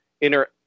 inner